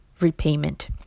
repayment